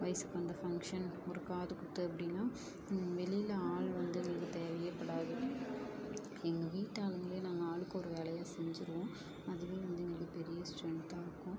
வயசுக்கு வந்த ஃபங்க்ஷன் ஒரு காதுகுத்து அப்படின்னா வெளியில் ஆள் வந்து எங்களுக்கு தேவையேப்படாது எங்கள் வீட்டாளுங்களே நாங்கள் ஆளுக்கொரு வேலையை செஞ்சுருவோம் அதுவே வந்து எங்களுக்கு பெரிய ஸ்ட்ரென்த்தாக இருக்கும்